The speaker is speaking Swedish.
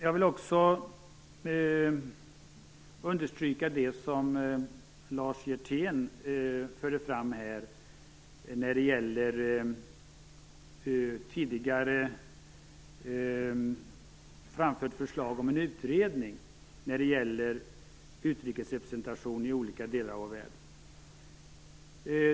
Jag vill också understryka det som Lars Hjertén förde fram angående det tidigare framförda förslaget om en utredning av utrikesrepresentationen i olika delar av vår värld.